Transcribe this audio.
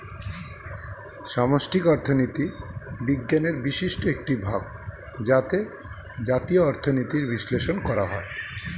সামষ্টিক অর্থনীতি বিজ্ঞানের বিশিষ্ট একটি ভাগ যাতে জাতীয় অর্থনীতির বিশ্লেষণ করা হয়